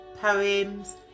poems